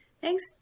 Thanks